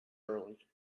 early